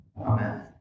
amen